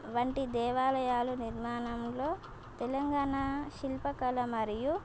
వంటి దేవాలయాలు నిర్మాణంలో తెలంగాణ శిల్పకళ మరియు